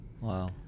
Wow